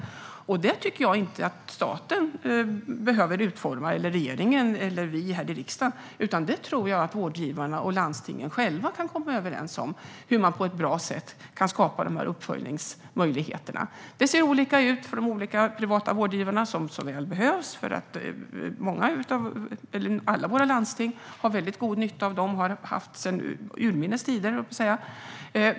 Det tycker jag inte att staten, regeringen eller vi i riksdagen, behöver utforma. Vårdgivarna och landstingen kan själva komma överens om hur de på ett bra sätt kan skapa uppföljningsmöjligheterna. Det ser olika ut för de olika privata vårdgivarna, som så väl behövs. Alla landsting har god nytta av dem, och de har haft det sedan urminnes tider.